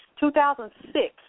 2006